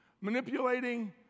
manipulating